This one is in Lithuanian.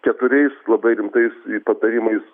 keturiais labai rimtais patarimais